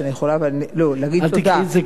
להגיד תודה.